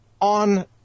on